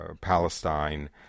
Palestine